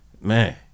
Man